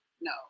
No